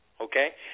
Okay